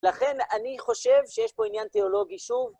לכן אני חושב שיש פה עניין תיאולוגי שוב.